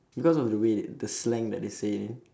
because of the way the slang that they say